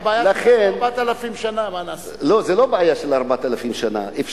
זאת הבעיה שלנו, הבעיה שלנו 4,000 שנה, מה נעשה?